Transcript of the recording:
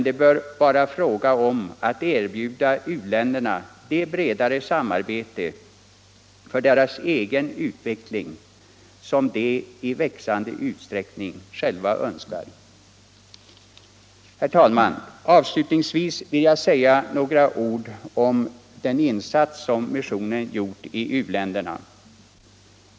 Det bör vara fråga om att erbjuda u-länderna det bredare samarbete för deras egen utveckling som de i växande utsträckning själva önskar. Herr talman! Avslutningsvis vill jag säga några ord om den insats som missionen har gjort i u-länderna.